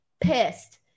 pissed